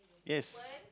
yes